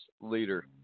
leader